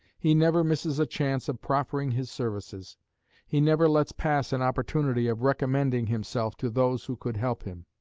he never misses a chance of proffering his services he never lets pass an opportunity of recommending himself to those who could help him.